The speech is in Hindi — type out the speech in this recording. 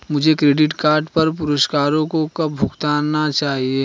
मुझे क्रेडिट कार्ड पर पुरस्कारों को कब भुनाना चाहिए?